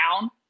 down